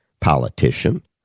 politician